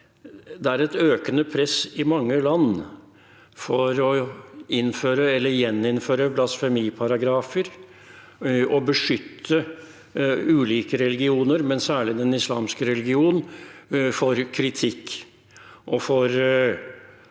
det er et økende press i mange land for å innføre eller gjeninnføre blasfemiparagrafer og beskytte ulike religioner, men særlig den islamske religion, mot kritikk og det